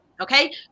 okay